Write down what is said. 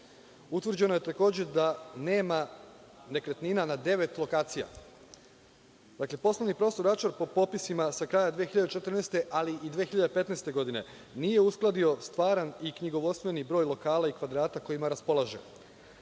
Utvrđeno je takođe da nema nekretnina na devet lokacija. Dakle, poslovni prostor Vračar po popisima sa kraja 2014. godine, ali 2015. godine, nije uskladio stvaran i knjigovodstveni broj lokala i kvadrata kojima raspolaže.